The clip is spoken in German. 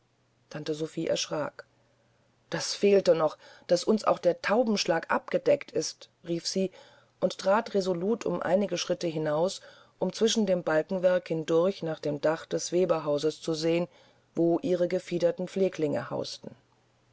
tante sophie erschrak na das fehlte noch daß uns auch der taubenschlag abgedeckt ist rief sie und trat resolut um einige schritte hinaus um zwischen dem balkenwerk hindurch nach dem dach des weberhauses zu sehen wo ihre gefiederten pfleglinge hausten